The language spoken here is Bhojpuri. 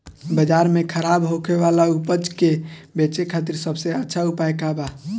बाजार में खराब होखे वाला उपज के बेचे खातिर सबसे अच्छा उपाय का बा?